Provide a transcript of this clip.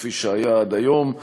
כפי שהיה עד היום.